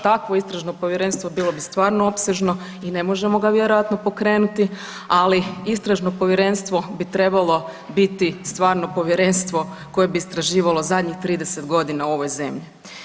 Takvo istražno povjerenstvo bilo bi stvarno opsežno i ne možemo ga vjerojatno pokrenuti, ali istražno povjerenstvo bi trebalo biti stvarno povjerenstvo koje bi istraživalo zadnjih 30 godina u ovoj zemlji.